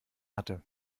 hatte